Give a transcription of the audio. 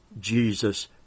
Jesus